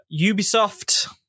Ubisoft